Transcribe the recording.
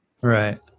right